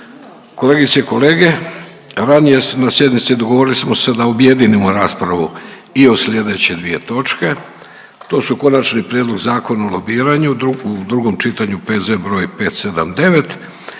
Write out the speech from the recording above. Kolegice i kolege, ranije na sjednici dogovorili smo se da objedinimo raspravu i o sljedeće dvije točke. To su: - Konačni prijedlog zakona o lobiranju, drugo čitanje, P.Z. br. 579.